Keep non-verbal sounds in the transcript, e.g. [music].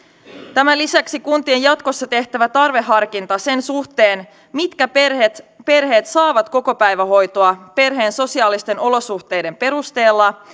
tämän lisäksi kuntien jatkossa tehtävä tarveharkinta sen suhteen mitkä perheet perheet saavat kokopäivähoitoa perheen sosiaalisten olosuhteiden perusteella [unintelligible]